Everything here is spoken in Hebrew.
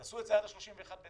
תעשו את זה עד ה-31 בדצמבר.